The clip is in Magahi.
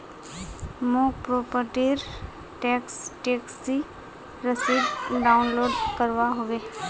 मौक प्रॉपर्टी र टैक्स टैक्सी रसीद डाउनलोड करवा होवे